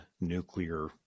nuclear